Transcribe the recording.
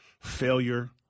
failure